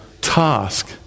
task